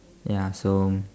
ya so